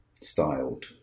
styled